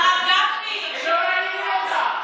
הרב גפני, הם לא מעניינים אותך.